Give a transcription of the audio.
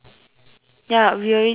ya we already got that